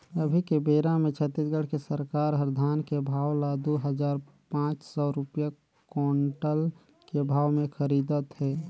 अभी के बेरा मे छत्तीसगढ़ के सरकार हर धान के भाव ल दू हजार पाँच सौ रूपिया कोंटल के भाव मे खरीदत हे